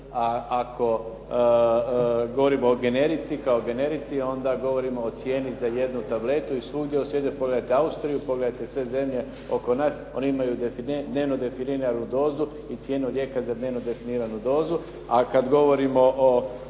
o generici kao o generici onda govorimo o cijeni za jednu tabletu i svugdje u svijetu, pogledajte Austriju, pogledajte sve zemlje oko nas, one imaju dnevno definiranu dozu i cijenu lijeka za dnevno definiranu dozu. A kad govorimo o